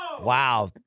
Wow